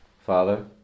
Father